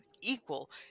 equal